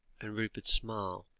and rupert smiled,